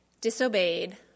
disobeyed